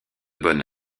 bonne